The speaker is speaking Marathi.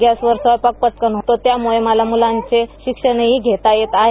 गॅसवर स्वयंपाक पटकन होतो त्यामुळे मला मुलांचे शिक्षणही घेता येत आहे